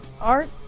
art